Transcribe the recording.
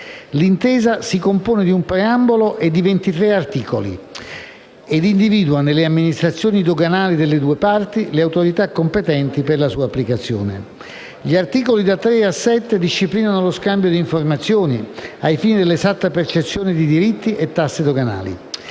L'intesa si compone di un preambolo e di 23 articoli e individua nelle amministrazioni doganali delle due parti le autorità competenti per la sua applicazione. Gli articoli da 3 a 7 disciplinano lo scambio di informazioni ai fini dell'esatta percezione di diritti e tasse doganali.